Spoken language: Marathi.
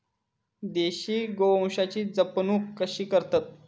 देशी गोवंशाची जपणूक कशी करतत?